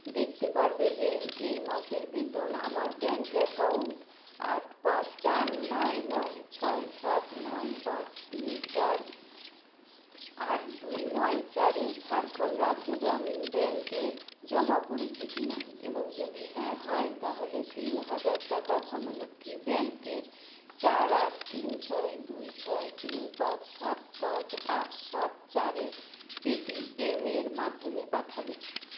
দেকতে পারবে যে এই মাসের বেতন আমার ব্যাঙ্ক অ্যাকাউন্ট আট পাঁচ চার নয় নয় ছয় সাত নয় পাঁচ তিন চার আট দুই নয় চারে ঝাড়খন্ড রাজ্য গ্রামীণ ব্যাঙ্কে জমা পড়েছে কিনা এবং যদি হ্যাঁ হয় তাহলে তিন হাজার টাকা ধনলক্ষ্মী ব্যাঙ্কের চার আট তিন ছয় দুই ছয় তিন পাঁচ সাত পাঁচ আট সাত চারে পেটিএম এর মাধ্যমে পাঠাবে